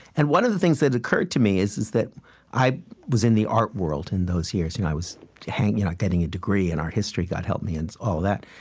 and one of the things that occurred to me is is that i was in the art world in those years. i was hanging out, getting a degree in art history, god help me, and all that.